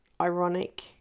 ironic